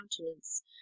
countenance